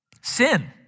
sin